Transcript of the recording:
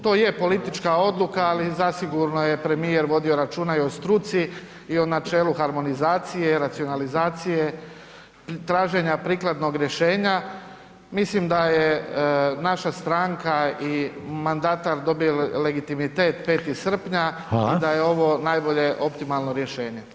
To je politička odluka, ali zasigurno je premijer vodio računa i o struci i o načelu harmonizacije, racionalizacije, traženja prikladnog rješenja, mislim da je naša stranka i mandatar dobio legitimitet 5. srpnja [[Upadica: Hvala.]] i da je ovo najbolje optimalno rješenje.